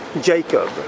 Jacob